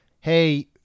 hey